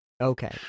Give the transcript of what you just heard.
Okay